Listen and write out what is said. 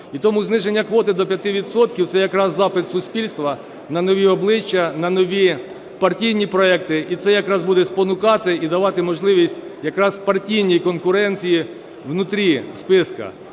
І тому зниження квоти до 5 відсотків – це якраз запит суспільства на нові обличчя, на нові партійні проекти. І це якраз буде спонукати і давати можливість якраз партійній конкуренції внутри списку.